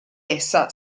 essa